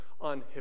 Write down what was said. on